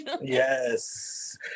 yes